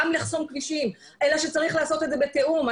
לחסום כבישים אלא שצריך לעשות את זה בתיאום.